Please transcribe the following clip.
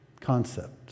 concept